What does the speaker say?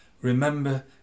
Remember